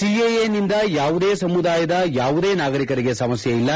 ಸಿಎಎನಿಂದ ಯಾವುದೇ ಸಮುದಾಯದ ಯಾವುದೇ ನಾಗರಿಕರಿಗೆ ಸಮಸ್ಯೆ ಇಲ್ಲ